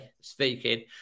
speaking